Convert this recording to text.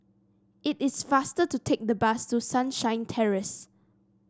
it is faster to take the bus to Sunshine Terrace